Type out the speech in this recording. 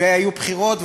והיו בחירות,